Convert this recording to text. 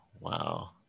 Wow